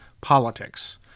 politics